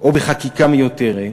או בחקיקה מיותרת,